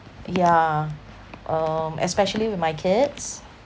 yeah um especially with my kids